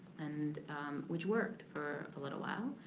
and which worked for a little while.